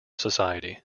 society